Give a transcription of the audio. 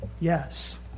Yes